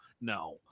No